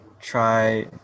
try